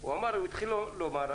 הוא התחיל לומר,